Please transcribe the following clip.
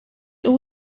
all